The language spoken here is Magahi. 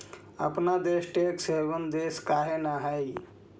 अपन देश टैक्स हेवन देश काहे न हई?